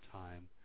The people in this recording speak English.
time